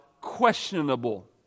questionable